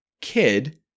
kid